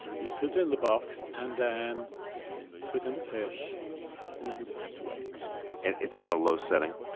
and you put it in the box, and then put in the fish and then you just have to wait and it's on a low setting?